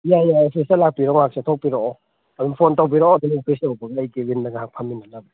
ꯌꯥꯏ ꯌꯥꯏ ꯑꯣꯐꯤꯁꯇ ꯂꯥꯛꯄꯤꯔꯣ ꯉꯥꯏꯍꯥꯛ ꯆꯠꯊꯣꯛꯄꯤꯔꯑꯣ ꯑꯗꯨꯝ ꯐꯣꯟ ꯇꯧꯕꯤꯔꯛꯑꯣ ꯑꯗꯨꯝ ꯑꯣꯐꯤꯁ ꯌꯧꯔꯛꯄꯒ ꯑꯩꯒꯤ ꯀꯦꯕꯤꯟꯗ ꯉꯥꯏꯍꯥꯛ ꯐꯃꯤꯟꯅꯅꯕ